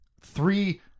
three